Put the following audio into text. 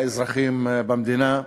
האזרחים במדינה,